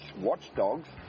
watchdogs